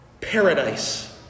paradise